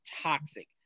toxic